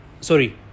Sorry